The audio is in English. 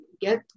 get